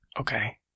okay